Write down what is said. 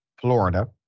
Florida